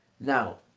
Now